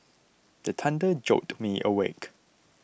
the thunder jolt me awake